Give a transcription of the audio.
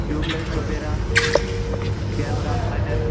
tube light वगैरह camera wire